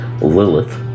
Lilith